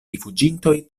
rifuĝintoj